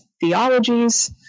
theologies